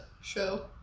show